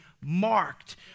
marked